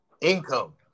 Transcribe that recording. income